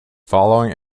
following